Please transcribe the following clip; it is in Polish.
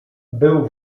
był